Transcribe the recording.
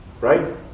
Right